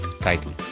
title